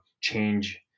change